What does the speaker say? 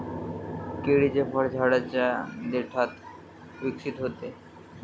केळीचे फळ झाडाच्या देठात विकसित होते